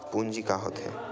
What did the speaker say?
पूंजी का होथे?